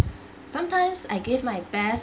sometimes I give my best